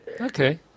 Okay